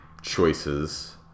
choices